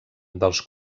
dels